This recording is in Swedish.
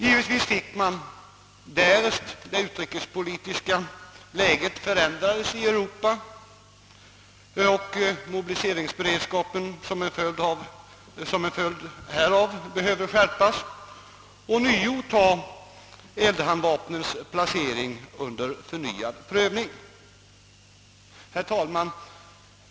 Givetvis finge man, därest det utrikespolitiska läget i Europa förändrades och mobiliseringsberedskapen på grund härav behövde skärpas, ta eldhandvapnens placering under förnyad prövning. Herr talman!